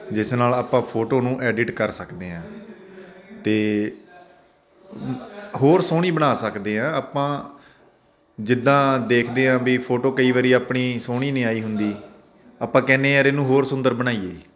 ਜਿਸ ਨਾਲ ਆਪਾਂ ਫੋਟੋ ਨੂੰ ਐਡਿਟ ਕਰ ਸਕਦੇ ਹਾਂ ਅਤੇ ਹੋਰ ਸੋਹਣੀ ਬਣਾ ਸਕਦੇ ਹਾਂ ਆਪਾਂ ਜਿੱਦਾਂ ਦੇਖਦੇ ਹਾਂ ਵੀ ਫੋਟੋ ਕਈ ਵਾਰ ਆਪਣੀ ਸੋਹਣੀ ਨਹੀਂ ਆਈ ਹੁੰਦੀ ਆਪਾਂ ਕਹਿੰਦੇ ਯਾਰ ਇਹਨੂੰ ਹੋਰ ਸੁੰਦਰ ਬਣਾਈਏ